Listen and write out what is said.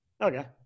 okay